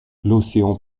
l’océan